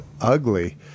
ugly